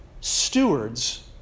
stewards